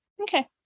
Okay